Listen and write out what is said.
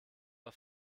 auf